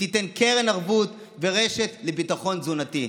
והיא תיתן קרן ערבות ורשת לביטחון תזונתי.